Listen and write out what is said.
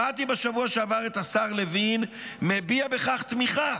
שמעתי בשבוע שעבר את השר לוין מביע בכך תמיכה,